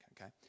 okay